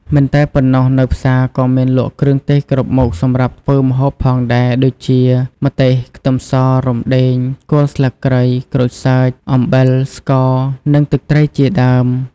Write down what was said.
មិនតែប៉ុណ្ណោះ នៅផ្សារក៏មានលក់គ្រឿងទេសគ្រប់មុខសម្រាប់ធ្វើម្ហូបផងដែរ ដូចជា ម្ទេស ខ្ទឹមស រំដេង គល់ស្លឹកគ្រៃ ក្រូចសើច អំបិល ស្ករ និងទឹកត្រីជាដើម។